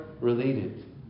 related